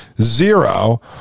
zero